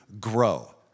grow